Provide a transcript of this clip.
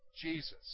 Jesus